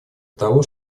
того